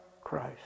Christ